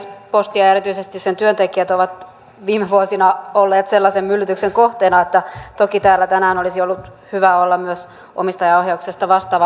posti ja erityisesti sen työntekijät ovat viime vuosina olleet sellaisen myllytyksen kohteena että toki täällä tänään olisi ollut hyvä olla myös omistajaohjauksesta vastaava ministeri